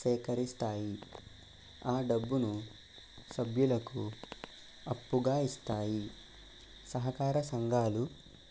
సేకరిస్తాయి ఆ డబ్బును సభ్యులకు అప్పుగా ఇస్తాయి సహకార సంఘాలు